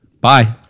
bye